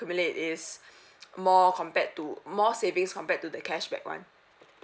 accumulate is more compared to more savings compared to the cashback one